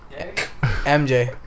MJ